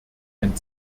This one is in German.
ein